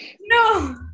No